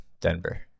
Denver